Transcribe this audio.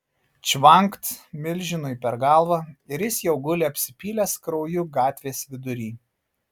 čvankt milžinui per galvą ir jis jau guli apsipylęs krauju gatvės vidury